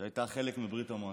שהייתה חלק מברית המועצות.